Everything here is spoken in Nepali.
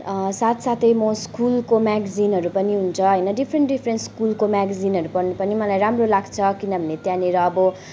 साथसाथै म स्कुलको म्याग्जिनहरू पनि हुन्छ होइन डिफ्रेन्ट डिफ्रेन्ट स्कुलको म्याग्जिनहरू पढ्नु पनि मलाई राम्रो लाग्छ किनभने त्यहाँनिर अब